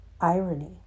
Irony